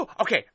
Okay